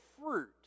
fruit